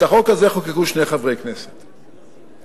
את החוק הזה חוקקו שני חברי כנסת בלבד,